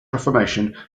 reformation